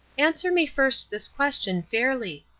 answer me first this question fairly.